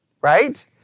right